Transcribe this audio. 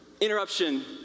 interruption